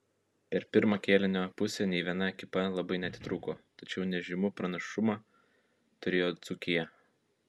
per pirmą kėlinio pusę nei viena ekipa labai neatitrūko tačiau nežymų pranašumą turėjo dzūkija